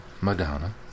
Madonna